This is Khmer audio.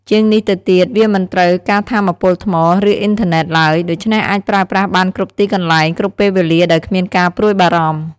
ជាងនេះទៅទៀត វាមិនត្រូវការថាមពលថ្ម ឬអ៊ីនធឺណេត ឡើយ ដូច្នេះអាចប្រើប្រាស់បានគ្រប់ទីកន្លែង គ្រប់ពេលវេលាដោយគ្មានការព្រួយបារម្ភ។